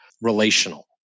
relational